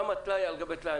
למה טלאי על גבי טלאי?